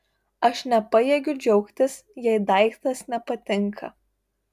aš nepajėgiu džiaugtis jei daiktas nepatinka